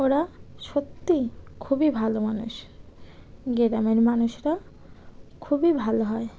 ওরা সত্যি খুবই ভালো মানুষ গ্রামের মানুষরা খুবই ভালো হয়